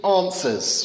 answers